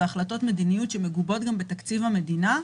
והחלטות מדיניות שמגובות גם בתקציב המדינה,